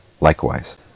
likewise